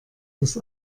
des